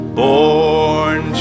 born